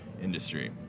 industry